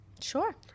Sure